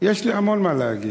יש לי המון מה להגיד,